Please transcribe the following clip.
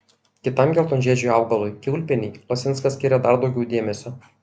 kitam geltonžiedžiui augalui kiaulpienei lasinskas skiria dar daugiau dėmesio